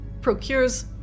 procures